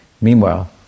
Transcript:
Meanwhile